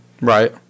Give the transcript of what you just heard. right